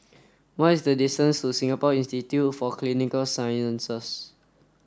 what is the distance to Singapore Institute for Clinical Sciences